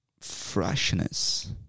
freshness